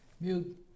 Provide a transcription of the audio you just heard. Mute